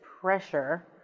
pressure